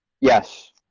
Yes